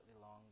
longer